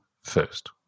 first